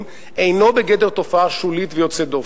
אינו בגדר תופעה שולית ויוצאת דופן.